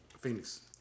Phoenix